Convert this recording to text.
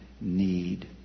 need